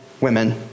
women